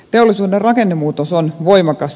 teollisuuden rakennemuutos on voimakas